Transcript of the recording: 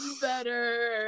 better